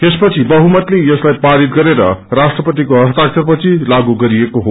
यसपछि बहुमतले यसलाई पारित गरेर राष्ट्रपतिको हस्ताक्षरपछि लागू गरिएको हो